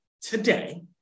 today